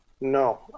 no